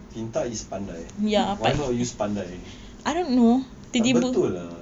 pintar is pandai why not use pandai tak betul ah